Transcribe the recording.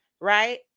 right